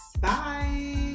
Bye